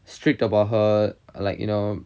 strict about her like you know